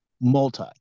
Multi